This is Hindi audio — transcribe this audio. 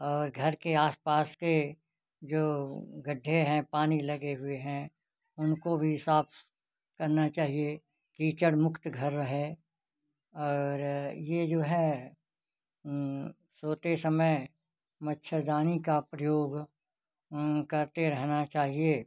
और घर के आस पास के जो गड्ढे हैं पानी लगे हुए हैं उनको भी साफ़ करना चाहिए कीचड़ मुक्त घर रहे और ये जो है सोते समय मच्छरदानी का प्रयोग करते रहना चाहिए